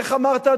איך אמרת,